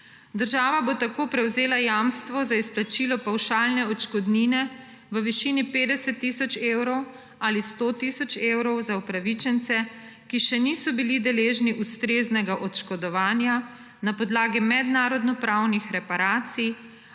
Država bo tako prevzela jamstvo za izplačilo pavšalne odškodnine v višini 50 tisoč evrov ali 100 tisoč evrov za upravičence, ki še niso bili deležni ustreznega odškodovanja na podlagi mednarodnopravnih reparacij